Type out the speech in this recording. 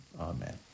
Amen